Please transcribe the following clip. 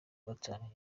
gatanu